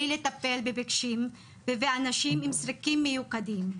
לטפל בקשישים ובאנשים עם צרכים מיוחדים.